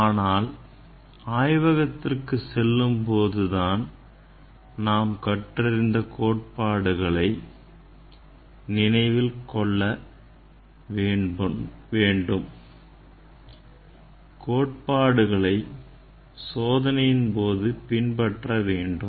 ஆனால் ஆய்வகத்திற்கு செல்லும் போது நாம் கற்றறிந்த கோட்பாடுகளை நினைவில் கொள்ள வேண்டும் கோட்பாடுகளை சோதனையின்போது பின்பற்ற வேண்டும்